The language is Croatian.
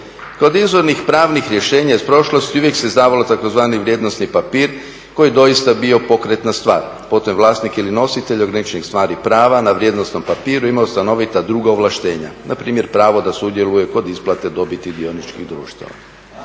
Kod izvornih pravnih rješenja iz prošlosti uvijek se izdavao tzv. vrijednosni papir koji je doista bio pokretna stvar. Potom vlasnik ili nositelj ograničenih stvari i prava na vrijednosnom papiru imao stanovita druga ovlaštenja npr. pravo da sudjeluje kod isplate dobiti dioničkih društava.